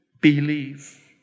believe